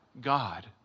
God